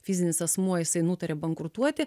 fizinis asmuo jisai nutaria bankrutuoti